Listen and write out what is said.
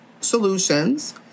solutions